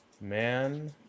Man